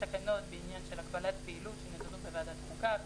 תקנות בעניין של הגבלת פעילות שנדונות בוועדת חוקה.